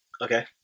Okay